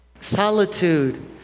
Solitude